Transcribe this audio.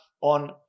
on